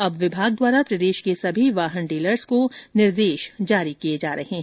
अब विभाग द्वारा प्रदेश के सभी वाहन डीलर्स को निर्देश जारी किये जा रहे है